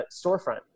storefront